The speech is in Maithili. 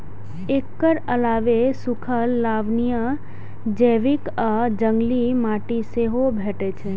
एकर अलावे सूखल, लवणीय, जैविक आ जंगली माटि सेहो भेटै छै